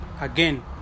again